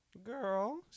girl